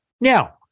Now